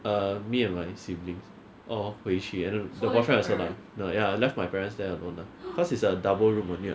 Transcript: err me and my siblings all 回去 the boyfriend also lah ya I left my parents alone ah because it's a double room only [what]